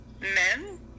men